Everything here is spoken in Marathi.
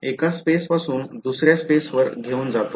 एका स्पेस पासून दुसर्या स्पेसवर घेऊन जाईल